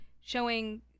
showing